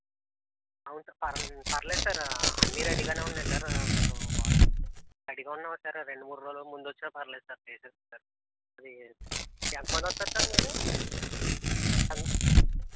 అవును సార్ పర్లేదు పర్లేదు సార్ అన్నీ రెడీగా ఉన్నాయి సార్ మీరు రెడీగా ఉండి వచ్చారా మీరు రెండు మూడు రోజుల ముందు వచ్చిన పర్లేదు సార్ చేస్తాం సార్ అది ఎంత మంది వస్తారు సార్ మీరు ఎం